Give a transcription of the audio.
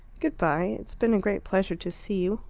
good-bye it's been a great pleasure to see you.